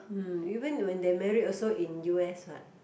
mm even when they married also in U_S what